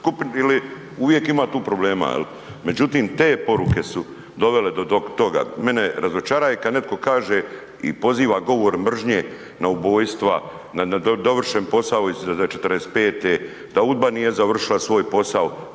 uvijek ima tu problema. Međutim, te poruke su dovele do toga. Mene razočara kada neko kaže i poziva govor mržnje na ubojstva, na nedovršen posao iz '45. da UDBA nije završila svoj posao,